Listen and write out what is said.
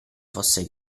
fosse